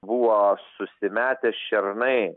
buvo susimetę šernai